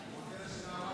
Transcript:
בבקשה.